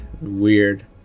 weird